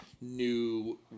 new